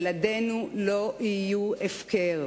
ילדינו לא יהיו הפקר.